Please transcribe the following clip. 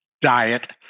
diet